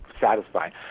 satisfying